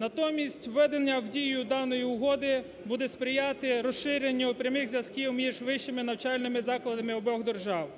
Натомість введення в дію даної угоди буде сприяти розширенню прямих зв’язків між вищими навчальними закладами обох держав,